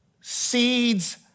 seeds